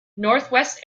northwest